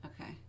Okay